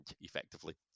effectively